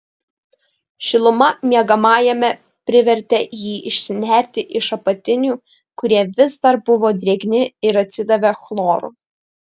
šiluma miegamajame privertė jį išsinerti iš apatinių kurie vis dar buvo drėgni ir atsidavė chloru